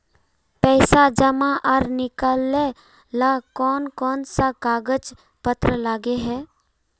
पैसा जमा आर निकाले ला कोन कोन सा कागज पत्र लगे है?